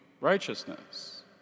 righteousness